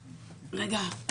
עוד רגע אחד.